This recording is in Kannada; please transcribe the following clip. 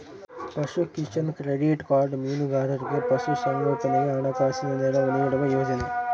ಪಶುಕಿಸಾನ್ ಕ್ಕ್ರೆಡಿಟ್ ಕಾರ್ಡ ಮೀನುಗಾರರಿಗೆ ಪಶು ಸಂಗೋಪನೆಗೆ ಹಣಕಾಸಿನ ನೆರವು ನೀಡುವ ಯೋಜನೆ